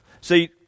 See